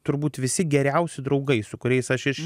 turbūt visi geriausi draugai su kuriais aš iš